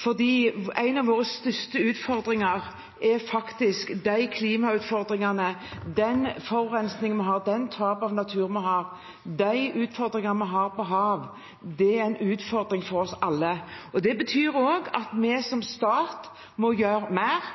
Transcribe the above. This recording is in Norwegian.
for noen av våre største utfordringer er klimautfordringene, forurensningen, tapet av natur og utfordringene på hav. Det er utfordringer for oss alle. Og det betyr også at vi som stat må gjøre mer,